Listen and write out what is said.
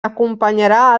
acompanyarà